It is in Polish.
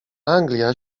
anglia